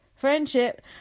Friendship